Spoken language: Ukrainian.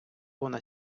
вона